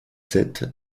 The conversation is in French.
sept